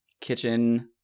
kitchen